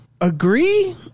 agree